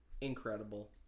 Incredible